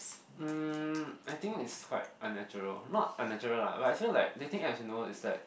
um I think it's quite unnatural not unnatural lah but actually like dating apps you know it's like